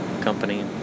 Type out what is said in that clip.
company